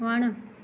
वणु